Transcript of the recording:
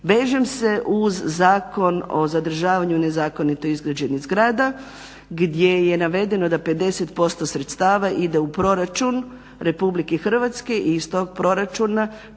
Vežem se uz Zakon o zadržavanju nezakonito izgrađenih zgrada gdje je navedeno da 50% sredstava ide u proračun Republike Hrvatske i iz tog proračuna